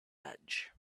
edge